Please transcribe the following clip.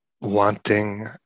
Wanting